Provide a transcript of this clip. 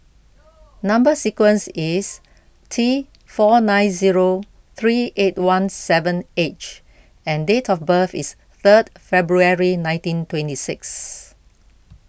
Number Sequence is T four nine zero three eight one seven H and date of birth is third February nineteen twenty six